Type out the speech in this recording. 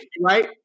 Right